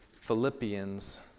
Philippians